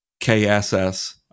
kss